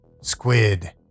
squid